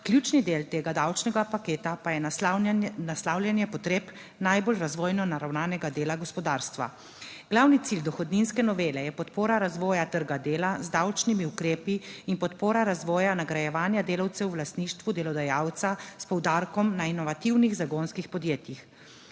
Ključni del tega davčnega paketa pa je naslavljanje potreb najbolj razvojno naravnanega dela gospodarstva. Glavni cilj dohodninske novele je podpora razvoja trga dela z davčnimi ukrepi in podpora razvoja nagrajevanja delavcev v lastništvu delodajalca s poudarkom na inovativnih zagonskih podjetjih.